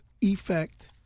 effect